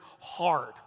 hard